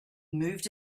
moved